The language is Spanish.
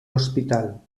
hospital